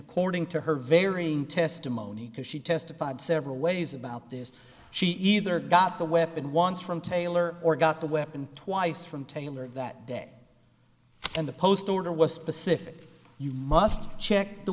according to her varying testimony because she testified several ways about this she either got the weapon wants from taylor or got the weapon twice from taylor that day and the post order was specific you must check the